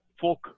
folk